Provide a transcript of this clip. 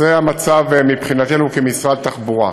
זה המצב מבחינתנו, כמשרד התחבורה.